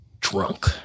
drunk